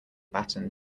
baton